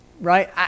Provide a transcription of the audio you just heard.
right